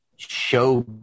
Show